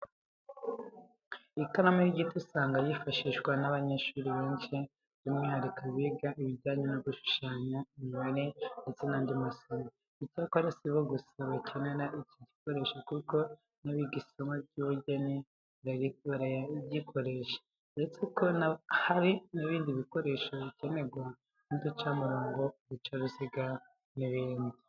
Ikaramu y'igiti usanga yifashishwa n'abanyeshuri benshi byumwihariko abiga ibijyanye no gushushanya, imibare ndetse n'andi masomo. Icyakora si bo gusa bakenera iki gikoresho kuko n'abiga isomo ry'ubugeni barayikoresha. Uretse ko hari ibindi bikoresho bikenerwa nk'uducamurongo, uducaruziga n'ibindi.